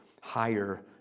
higher